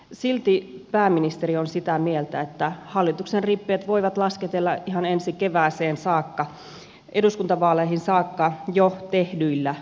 silti pääministeri on sitä mieltä että hallituksen rippeet voivat lasketella ihan ensi kevääseen saakka eduskuntavaaleihin saakka jo tehdyillä päätöksillä